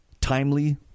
timely